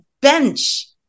bench